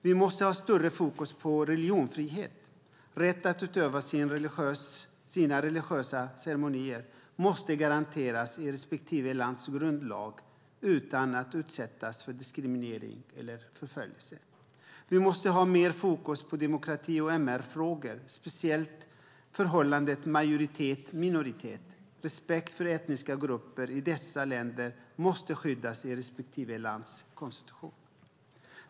Vi måste ha ett större fokus på religionsfrihet. Rätten att utöva sina religiösa ceremonier utan att utsättas för diskriminering eller förföljelse måste garanteras i respektive lands grundlag. Vi måste ha mer fokus på demokrati och MR-frågor, speciellt förhållandet majoritet-minoritet. Respekt för etniska grupper i dessa länder måste skyddas i respektive lands konstitution.